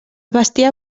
bestiar